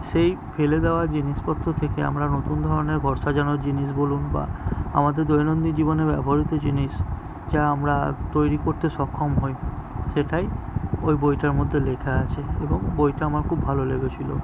সেই ফেলে দেওয়া জিনিসপত্র থেকে আমরা নতুন ধরনের ঘর সাজানোর জিনিস বলুন বা আমাদের দৈনন্দিন জীবনে ব্যবহৃত জিনিস যা আমরা তৈরি করতে সক্ষম হই সেটাই ওই বইটার মধ্যে লেখা আছে এবং বইটা আমার খুব ভালো লেগেছিল